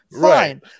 fine